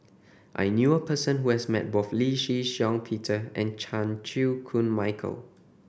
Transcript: I knew a person who has met both Lee Shih Shiong Peter and Chan Chew Koon Michael